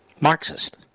Marxist